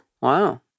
Wow